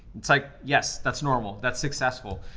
it's like, yes, that's normal, that's successful.